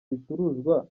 bicuruzwa